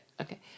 okay